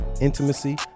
intimacy